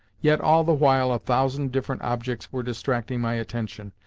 yet all the while a thousand different objects were distracting my attention,